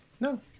No